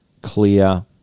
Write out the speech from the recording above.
clear